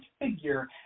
figure